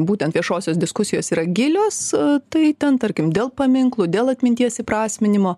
būtent viešosios diskusijos yra gilios tai ten tarkim dėl paminklų dėl atminties įprasminimo